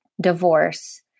divorce